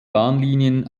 bahnlinien